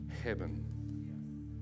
heaven